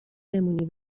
بمونی